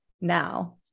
now